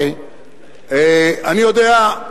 אני יודע,